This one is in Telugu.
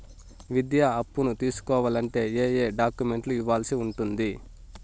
విద్యా అప్పును తీసుకోవాలంటే ఏ ఏ డాక్యుమెంట్లు ఇవ్వాల్సి ఉంటుంది